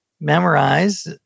memorize